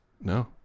No